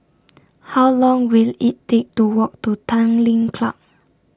How Long Will IT Take to Walk to Tanglin Club